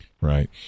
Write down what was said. Right